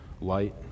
light